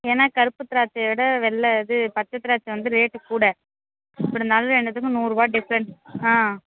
ஏன்னா கருப்பு திராட்சையை விட வெள்ளை இது பச்சை திராட்சை வந்து ரேட்டு கூட எப்படி இருந்தாலும் ரெண்டுத்துக்கு நூறுரூவா டிஃப்ரெண்ட்ஸ் ஆ